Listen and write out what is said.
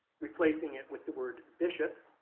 replacing it with the word bishop,